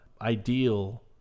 ideal